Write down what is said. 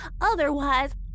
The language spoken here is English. Otherwise